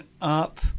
up